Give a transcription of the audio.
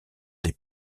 des